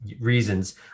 reasons